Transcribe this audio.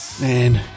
Man